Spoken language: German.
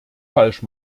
falsch